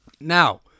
Now